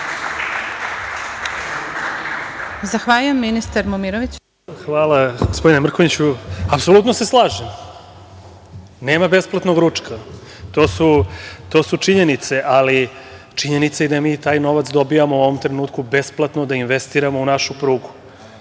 **Tomislav Momirović** Hvala, gospodine Mrkonjiću. Apsolutno se slažem, nema besplatnog ručka. To su činjenice, ali činjenica je i da mi taj novac dobijamo u ovom trenutku besplatno da investiramo u našu prugu. Da